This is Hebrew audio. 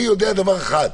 אני יודע דבר אחד,